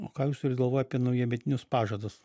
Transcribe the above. o ką jūs turit galvoj apie naujametinius pažadus